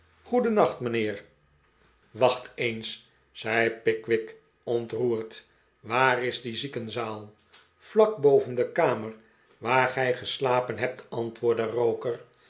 goedennacht mijnheer wacht eens zei pickwick ontroerd waar is die ziekenzaal vlak boven de kamer waar gij geslapen hebt antwoordde roker